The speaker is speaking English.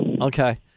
Okay